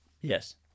yes